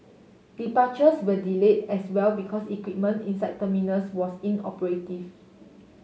departures were delayed as well because equipment inside terminals was inoperative